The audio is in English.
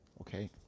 Okay